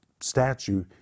statue